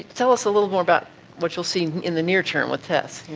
tell us a little more about what you'll see in the near term with tess.